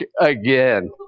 again